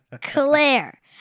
Claire